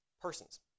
persons